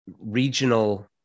regional